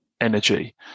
energy